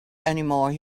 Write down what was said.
anymore